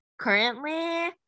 currently